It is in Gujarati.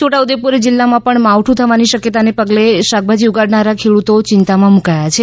છોટા ઉદેપુર જિલ્લામાં પણ માવઠું થવાની શક્યતાને પગલે શાકભાજી ઉગાડનારા ખેડૂતો ચિંતામાં મૂકાયા છે